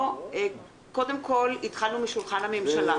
קודם כול התחלנו משולחן הממשלה.